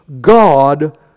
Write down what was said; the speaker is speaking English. God